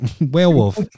Werewolf